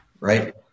right